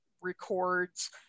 records